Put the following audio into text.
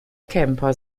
camper